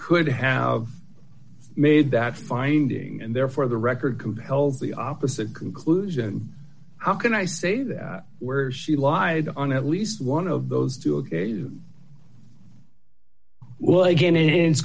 could have made that finding and therefore the record compelled the opposite conclusion how can i say that where she lied on at least one of those doing well again it is